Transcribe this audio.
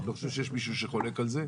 אני לא חושב שיש מישהו שחולק על זה,